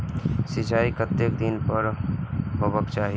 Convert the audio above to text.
सिंचाई कतेक दिन पर हेबाक चाही?